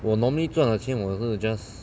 我 normally 赚的钱我也是 just